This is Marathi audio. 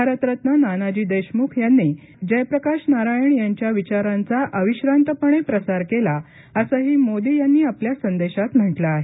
भारतरत्न नानाजी देशमुख यांनी जयप्रकाश नारायण यांच्या विचारांचा अविश्रांतपणे प्रसार केला असंही मोदी यांनी आपल्या संदेशात म्हटलं आहे